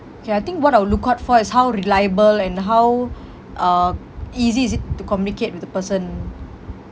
K I think what I would look out for is how reliable and how uh easy is it to communicate with the person